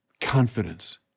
confidence